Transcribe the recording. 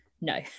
no